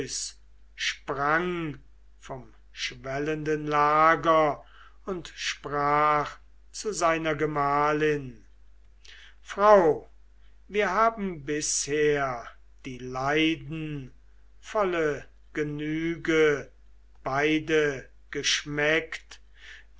vom schwellenden lager und sprach zu seiner gemahlin frau wir haben bisher der leiden volle genüge beide geschmeckt